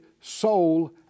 soul